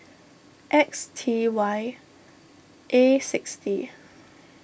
X T Y A sixty